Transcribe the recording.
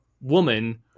woman